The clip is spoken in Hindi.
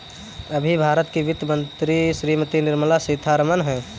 अभी भारत की वित्त मंत्री श्रीमती निर्मला सीथारमन हैं